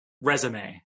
resume